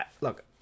look